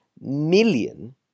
million